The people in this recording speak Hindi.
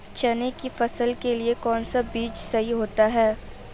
चने की फसल के लिए कौनसा बीज सही होता है?